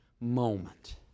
moment